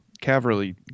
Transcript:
Cavalry